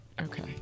okay